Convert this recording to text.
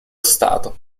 stato